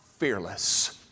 Fearless